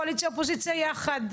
קואליציה ואופוזיציה ביחד,